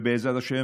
ובעזרת השם,